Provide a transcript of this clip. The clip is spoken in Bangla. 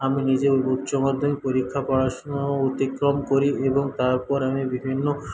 আমি নিজে উচ্চমাধ্যমিক পরীক্ষা পড়াশুনো অতিক্রম করি এবং তারপর আমি বিভিন্ন